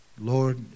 Lord